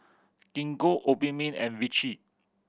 Gingko Obimin and Vichy